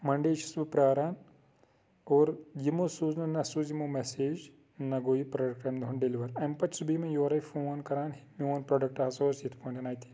Monday چھُس بہٕ پیاران اور یِمو سوٗز نہٕ نہ سوٗز یِمو میسیج نہ گوٚو یہِ پرٛوڈَکٹ امہِ دۄہَن ڈیٚلوَر اَمہِ پَتہٕ چھُس بہٕ یِمَے یورَے فون کَران میون پرٛوڈَکٹ ہَسا اوس یِتھ پٲٹھۍ اَتہِ